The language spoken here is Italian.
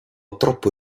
troppo